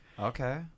Okay